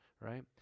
right